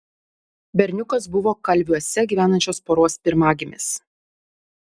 berniukas buvo kalviuose gyvenančios poros pirmagimis